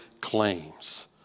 claims